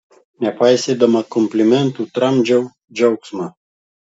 nepaisydama komplimentų tramdžiau džiaugsmą